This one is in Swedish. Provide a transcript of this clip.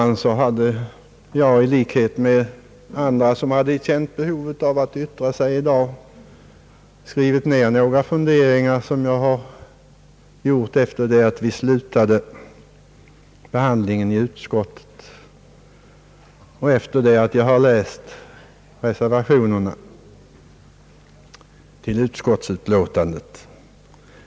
I likhet med andra som känt behov av att yttra sig i dag har jag skrivit ned några funderingar, som jag gjort sedan vi slutade behandlingen i utskottet och sedan jag läst reservationerna till utskottsutlåtandet.